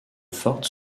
forte